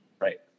right